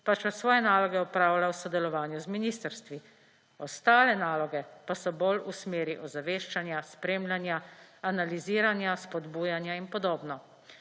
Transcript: pač pa svoje naloge opravlja v sodelovanju z ministrstvi, ostale naloge pa so bolj v smeri ozaveščanja, spremljanja, analiziranja, spodbujanja in podobno.